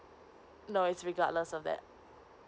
no it's regardless of that